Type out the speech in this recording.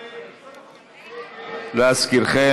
להזכירכם,